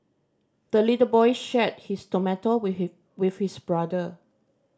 the little boy shared his tomato with his with his brother